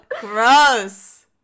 gross